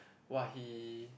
!wah! he